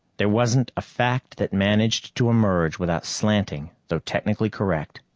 there wasn't a fact that managed to emerge without slanting, though technically correct.